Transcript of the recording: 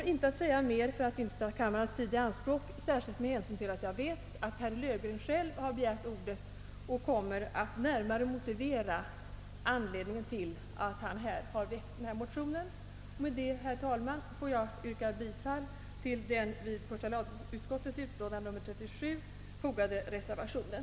Jag skall inte säga mer för att inte ytterligare ta kammarens tid i anspråk, särskilt som jag vet att herr Löfgren själv har begärt ordet för att närmare motivera sin motion. Med dessa ord ber jag att få yrka bifall till den till första lagutskottets utlåtande nr 37 fogade reservationen.